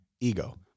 ego